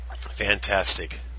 Fantastic